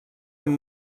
amb